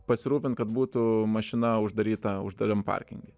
pasirūpint kad būtų mašina uždaryta uždaram parkinge